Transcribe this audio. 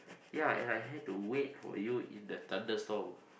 ya and I had to wait for you in the thunderstorm